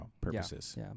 purposes